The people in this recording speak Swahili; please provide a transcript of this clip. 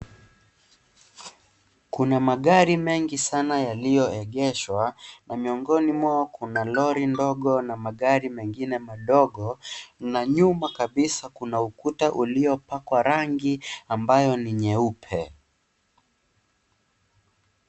Kuna magari mengi sana yaliyoegeshwa na miongoni mwao kuna lori ndogo na magari madogo na nyuma kabisa kuna ukuta uliopakwa rangi ambayo ni nyeupe.